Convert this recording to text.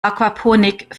aquaponik